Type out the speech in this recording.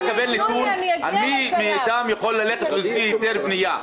בטמרה 1,837 יחידות דיור מפורטות עם אפשרות להוציא היתרי בנייה,